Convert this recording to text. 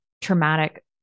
traumatic